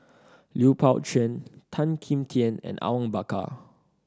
Lui Pao Chuen Tan Kim Tian and Awang Bakar